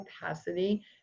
capacity